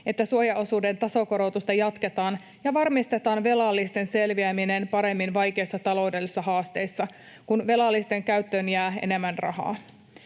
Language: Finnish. että suojaosuuden tasokorotusta jatketaan ja varmistetaan velallisten selviäminen paremmin vaikeissa taloudellisissa haasteissa, kun velallisten käyttöön jää enemmän rahaa.